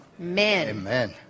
Amen